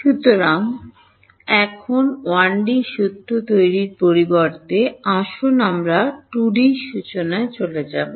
সুতরাং এখন 1D সূত্র তৈরির পরিবর্তে আসুন আমরা 2D সূচনায় চলে যাব